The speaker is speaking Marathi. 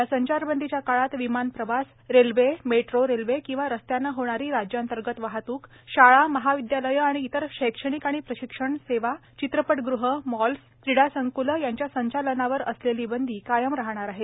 या संचारबंदीच्या काळात विमान प्रवास रेल्वेमेट्रो रेल्वे किंवा रस्त्याने होणारी राज्यांतर्गत वाहतूक शाळा महाविद्यालये आणि इतर शैक्षणिक आणि प्रशिक्षण सेवा चित्रपटगृहे मॉल्स क्रीडा संक्ले यांच्या संचालनावर असलेली बंदी कायम राहणार आहे